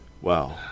Wow